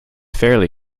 fairly